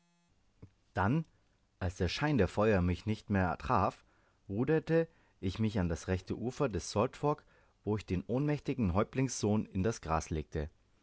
dann als der schein der feuer mich nicht mehr traf ruderte ich mich an das rechte ufer des salt fork wo ich den ohnmächtigen häuptlingssohn in das gras legte